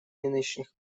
нынешних